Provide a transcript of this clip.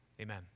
Amen